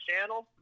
channel